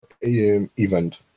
event